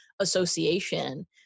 association